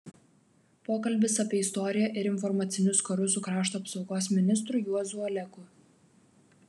pokalbis apie istoriją ir informacinius karus su krašto apsaugos ministru juozu oleku